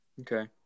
Okay